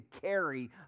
carry